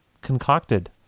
concocted